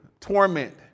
torment